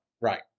Right